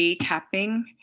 tapping